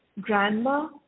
grandma